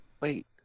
Wait